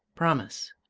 promise!